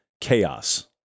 chaos